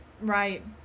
right